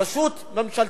רשות ממשלתית,